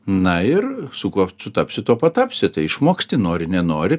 na ir su kuo sutapsi tuo patapsi tai išmoksti nori nenori